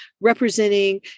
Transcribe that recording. representing